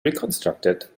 reconstructed